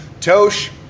Tosh